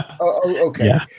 Okay